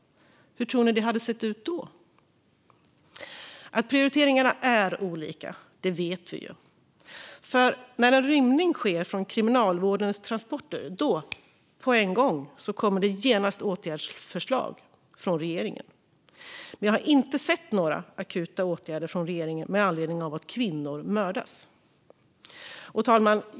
Hur tror ni att det hade sett ut då? Att prioriteringarna är olika vet vi. När en rymning sker från Kriminalvårdens transporter kommer det åtgärdsförslag från regeringen på en gång. Men jag har inte sett några akuta åtgärder från regeringen med anledning av att kvinnor mördas. Herr talman!